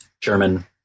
German